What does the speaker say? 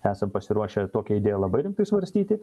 esam pasiruošę tokią idėją labai rimtai svarstyti